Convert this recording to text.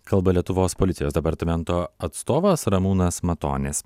kalba lietuvos policijos departamento atstovas ramūnas matonis